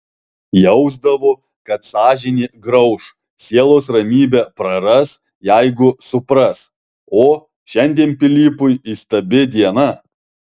jausdavo kad sąžinė grauš sielos ramybę praras jeigu supras o šiandien pilypui įstabi diena